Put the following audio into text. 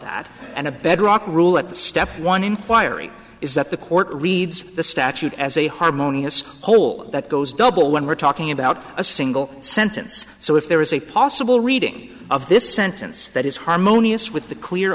that and a bedrock rule at step one inquiry is that the court reads the statute as a harmonious whole that goes double when we're talking about a single sentence so if there is a possible reading of this sentence that is harmonious with the clear